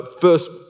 first